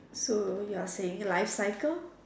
so you are saying life cycle